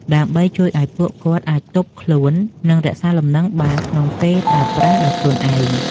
ដើម្បីជួយឱ្យពួកគាត់អាចទប់ខ្លួន និងរក្សាលំនឹងបានក្នុងពេលប្រើប្រាស់ដោយខ្លួនឯង។